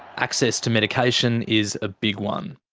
access to medication is a big one.